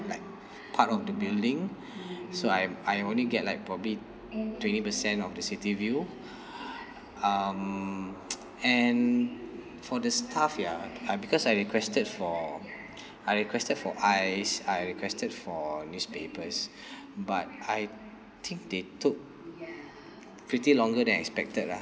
like part of the building so I I only get like probably twenty percent of the city view um and for the staff ya because I requested for I requested for ice I requested for newspapers but I think they took pretty longer than expected lah